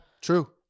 true